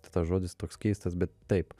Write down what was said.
tas žodis toks keistas bet taip